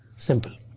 simple.